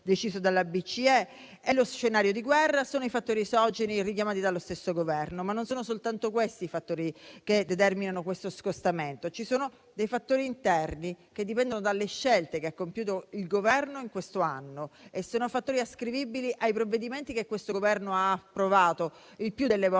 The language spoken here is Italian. deciso dalla BCE e lo scenario di guerra sono i fattori esogeni richiamati dallo stesso Governo, ma non sono soltanto questi i fattori che determinano questo scostamento. Ci sono dei fattori interni che dipendono dalle scelte che ha compiuto il Governo in questo anno e sono fattori ascrivibili ai provvedimenti che questo Governo ha approvato il più delle volte